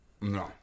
No